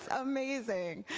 amazing.